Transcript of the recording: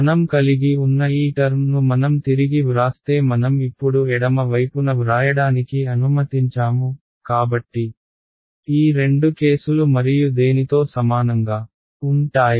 మనం కలిగి ఉన్న ఈ టర్మ్ ను మనం తిరిగి వ్రాస్తే మనం ఇప్పుడు ఎడమ వైపున వ్రాయడానికి అనుమతించాము కాబట్టి ఈ రెండు కేసులు మరియు దేనితో సమానంగా ఉంటాయి